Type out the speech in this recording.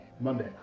Monday